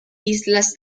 islas